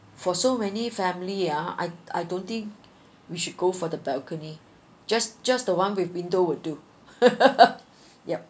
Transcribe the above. for so many family ah I I don't think we should go for the balcony just just the one with window will do yup